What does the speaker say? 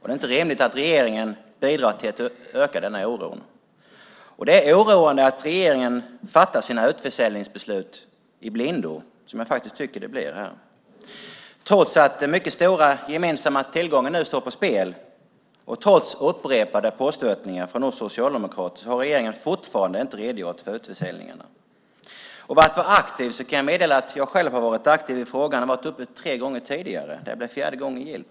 Det är inte rimligt att regeringen bidrar till att öka denna oro. Det är oroande att regeringen fattar sina utförsäljningsbeslut i blindo, vilket jag faktiskt tycker att man gör. Trots att mycket stora gemensamma tillgångar nu står på spel och trots upprepade påstötningar från oss socialdemokrater har regeringen fortfarande inte redogjort för utförsäljningen. Vad gäller att vara aktiv kan jag meddela att jag själv har varit aktiv i frågan. Jag har debatterat detta tre gånger tidigare. Det här blir fjärde gången gillt.